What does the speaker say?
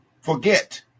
forget